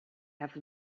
have